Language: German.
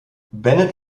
bennett